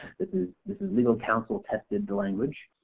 this is this is legal counsel tested language.